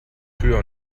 tür